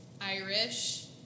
Irish